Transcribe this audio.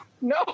No